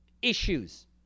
issues